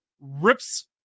rips